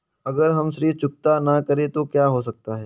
अगर हम ऋण चुकता न करें तो क्या हो सकता है?